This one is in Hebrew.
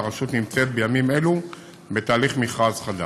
והרשות נמצאת בימים אלו בתהליך מכרז חדש.